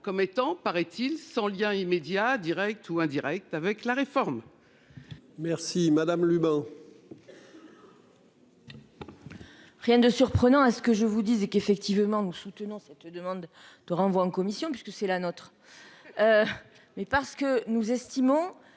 comme étant, paraît-il, sans lien immédiat Direct ou indirect, avec la réforme. Merci madame Lubin. Rien de surprenant à ce que je vous dise, et qu'effectivement nous soutenons cette demande de renvoi en commission, puisque c'est la nôtre. Mais parce que nous estimons.